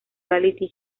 reality